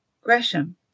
Gresham